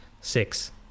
six